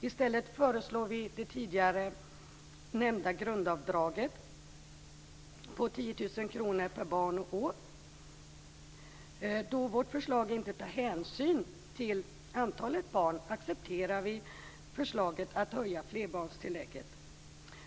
I stället föreslår vi att det tidigare nämnda grundavdraget på 10 000 kr per barn och år införs. Då vårt förslag inte tar hänsyn till antalet barn accepterar vi förslaget att höja flerbarnstillägget. Fru talman! När det gäller barnbidragen avvisar vi förslaget om höjt barnbidrag fr.o.m. år 2000. I stället föreslår vi det tidigare nämnda grundavdraget på 10 000 kr per barn och år. Då vårt förslag inte tar hänsyn till antalet barn accepterar vi förslaget att höja flerbarnstillägget.